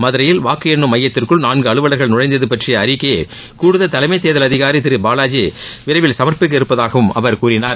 மதுரையில் வாக்கு எண்ணும் மையத்திற்குள் நான்கு அலுவலர்கள் நுழைந்தது பற்றிய அறிக்கையை கூடுதல் தலைமை தேர்தல் அதிகாரி திரு பாலாஜி விரைவில் சமர்ப்பிக்க இருப்பதாகவும் அவர் கூறினார்